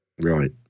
Right